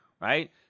right